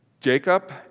Jacob